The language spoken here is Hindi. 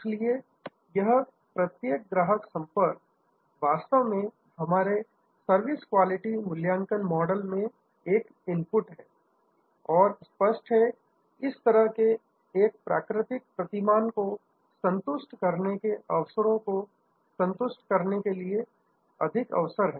इसलिए यह प्रत्येक ग्राहक संपर्क वास्तव में हमारे सर्विस क्वालिटी मूल्यांकन मॉडल में एक इनपुट है और स्पष्ट है इस तरह के एक प्राकृतिक प्रतिमान को संतुष्ट करने के अवसरों को और संतुष्ट करने के लिए अधिक अवसर हैं